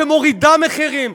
שמורידה מחירים,